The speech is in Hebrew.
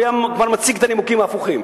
הוא היה מציג את הנימוקים ההפוכים.